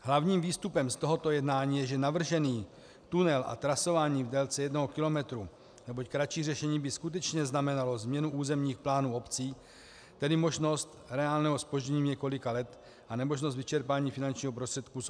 Hlavním výstupem z tohoto jednání je, že navržený tunel a trasování v délce jednoho kilometru, neboť kratší řešení by skutečně znamenalo změnu územních plánů obcí, tedy možnost reálného zpoždění několika let a nemožnost vyčerpání finančních prostředků z OPD.